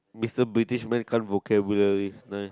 Mister British man can't vocabulary